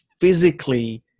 physically